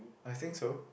I think so